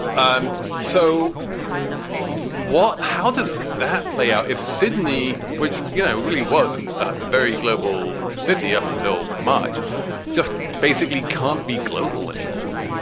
um so what what how does that play out? if sydney, which you know really wasn't a very global city up until much just basically can't be global anymore?